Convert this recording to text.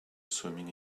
swimming